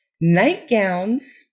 Nightgowns